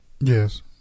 Yes